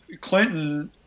Clinton